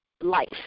life